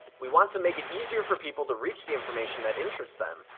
we want to make it easier for people to reach the information that interests them,